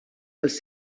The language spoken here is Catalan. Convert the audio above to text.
els